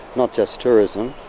not just tourism.